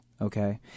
okay